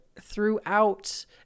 throughout